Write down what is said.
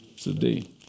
today